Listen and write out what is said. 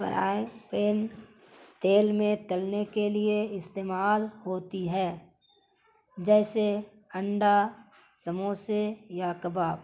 فرائے pan تیل میں تلنے کے لیے استعمال ہوتی ہے جیسے انڈا سموسے یا کباب